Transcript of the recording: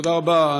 תודה רבה,